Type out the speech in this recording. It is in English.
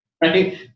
right